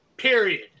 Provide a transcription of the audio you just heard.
Period